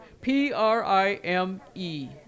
P-R-I-M-E